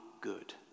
good